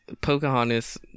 Pocahontas